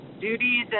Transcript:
duties